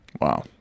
Wow